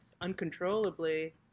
uncontrollably